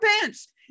pants